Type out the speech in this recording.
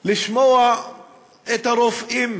כדי לשמוע את הרופאים